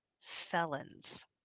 felons